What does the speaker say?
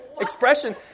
expression